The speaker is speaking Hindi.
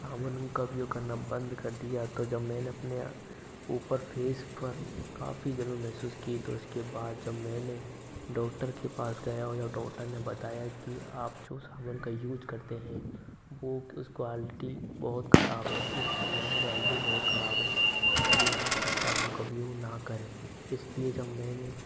साबुन का उपयोग करना बंद कर दिया तो जब मैंने अपने ऊपर फेस पर काफी जलन महसूस की तो इसके बाद जब मैंने डॉक्टर के पास गया और डॉक्टर ने बताया कि आप जो साबुन का यूज करते हैं वो उसकी क्वालिटी बहुत खराब है उस साबुन की क्वालिटी बहुत खराब है इसलिए आप उस साबुन का उपयोग ना करें इसलिए जब मैंने